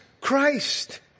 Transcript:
Christ